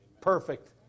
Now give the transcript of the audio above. perfect